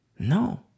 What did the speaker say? No